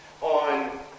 on